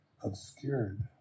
obscured